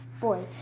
Boy